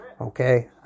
Okay